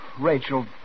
Rachel